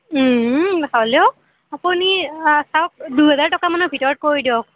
হ'লেও আপুনি চাওক দুহেজাৰ টকামানৰ ভিতৰত কৰি দিয়ক